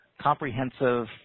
comprehensive